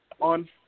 on